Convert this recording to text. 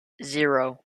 zero